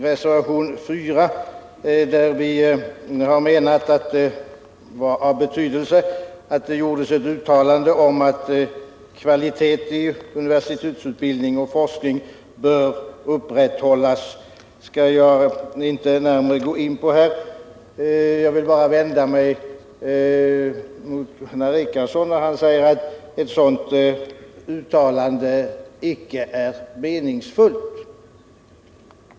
Herr talman! Jag skall inte närmare gå in på reservation nr 4, där vi har anfört att det är av betydelse att det görs ett uttalande om att kvaliteten i universitetsutbildningen och forskningen bör upprätthållas. Jag vill bara vända mig mot att Gunnar Richardson sade att ett sådant uttalande icke är meningsfullt.